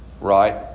right